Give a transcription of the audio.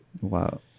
wow